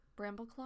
Brambleclaw